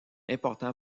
important